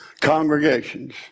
congregations